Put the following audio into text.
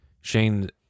Shane